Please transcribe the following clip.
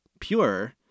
pure